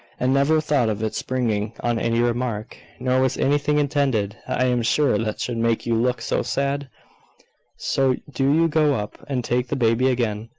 and never thought of its bringing on any remark. nor was anything intended, i am sure, that should make you look so sad so do you go up, and take the baby again,